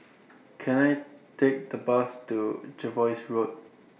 Can I Take The Bus to Jervois Road